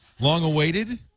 long-awaited